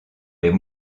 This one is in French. les